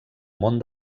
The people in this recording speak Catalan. món